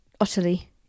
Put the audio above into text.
utterly